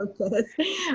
Okay